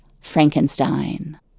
Frankenstein